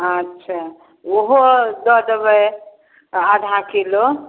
अच्छा ओहो दऽ देबै आधा किलो